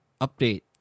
Update